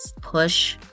push